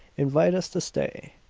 invite us to stay.